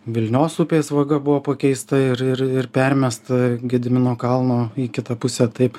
vilnios upės vaga buvo pakeista ir ir ir permesta gedimino kalno į kitą pusę taip